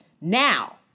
now